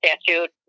statute